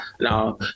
now